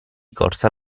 corsa